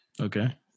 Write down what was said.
Okay